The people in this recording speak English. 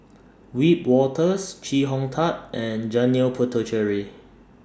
Wiebe Wolters Chee Hong Tat and Janil Puthucheary